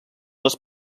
les